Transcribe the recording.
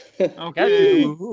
Okay